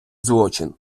злочин